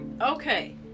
okay